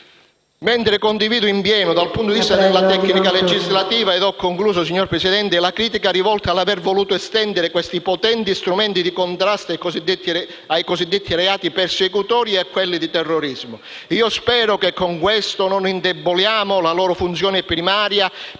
Condivido in pieno, dal punto di vista della tecnica legislativa, la critica rivolta all'aver voluto estendere questi potenti strumenti di contrasto ai cosiddetti reati persecutori e a quelli di terrorismo. Io spero che, con questo, non si indebolisca la funzione primaria